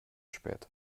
spät